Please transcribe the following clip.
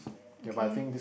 okay